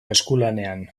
eskulanean